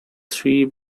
three